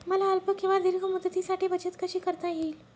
मला अल्प किंवा दीर्घ मुदतीसाठी बचत कशी करता येईल?